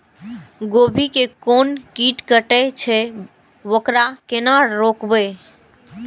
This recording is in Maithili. गोभी के कोन कीट कटे छे वकरा केना रोकबे?